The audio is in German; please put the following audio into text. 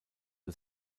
der